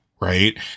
right